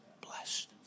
blessed